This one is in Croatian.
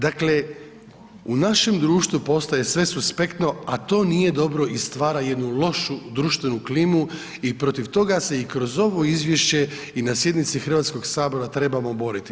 Dakle, u našem društvu postaje sve suspektno, a to nije dobro i stvara jednu lošu društvenu klimu i protiv toga se i kroz ovo izvješće i na sjednice Hrvatskog sabora trebamo boriti.